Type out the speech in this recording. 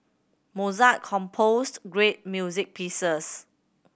Mozart composed great music pieces